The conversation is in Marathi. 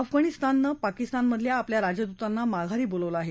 अफगाणिस्ताननं पाकिस्तानमधल्या आपल्या राजदूतांना माघारी बोलावलं आहे